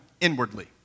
inwardly